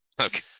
Okay